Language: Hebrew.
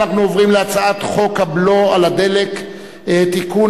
אנחנו עוברים להצעת חוק הבלו על הדלק (תיקון,